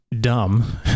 dumb